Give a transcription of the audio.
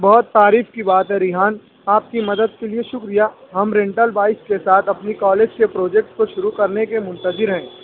بہت تعریف کی بات ہے ریحان آپ کی مدد کے لیے شکریہ ہم رینٹل بائک کے ساتھ اپنی کالج کے پروجیکٹ کو شروع کرنے کے منتظر ہیں